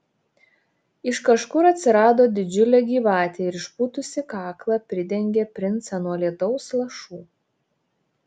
iš kažkur atsirado didžiulė gyvatė ir išpūtusi kaklą pridengė princą nuo lietaus lašų